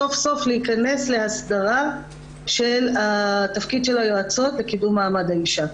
סוף-סוף להיכנס להסדרה של תפקיד היועצות לקידום מעמד האישה.